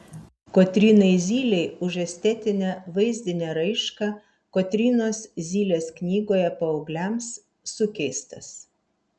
kotrynai zylei už estetinę vaizdinę raišką kotrynos zylės knygoje paaugliams sukeistas